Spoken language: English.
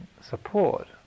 support